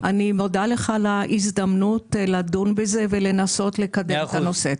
אני מודה לך על ההזדמנות לדון בזה ולנסות לקדם את הנושא.